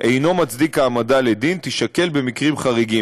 אינו מצדיק העמדה לדין תישקל במקרים חריגים,